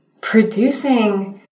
producing